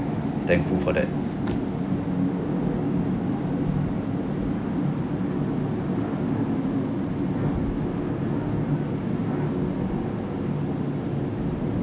thankful for that